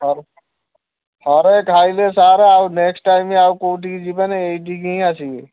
ଥରେ ଥରେ ଖାଇଲେ ସାର୍ ଆଉ ନେକ୍ସଟ୍ ଟାଇମ୍ ଆଉ କେଉଁଠି କି ଯିବେ ନାଇଁ ଏଇଠିକି ହିଁ ଆସିବେ